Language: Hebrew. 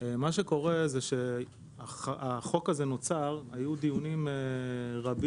מה שקורה זה שהחוק הזה נוצר היו דיונים רבים,